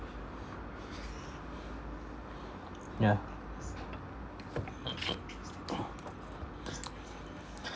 yeah